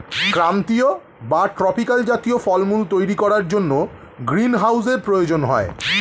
ক্রান্তীয় বা ট্রপিক্যাল জাতীয় ফলমূল তৈরি করার জন্য গ্রীনহাউসের প্রয়োজন হয়